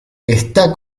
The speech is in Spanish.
está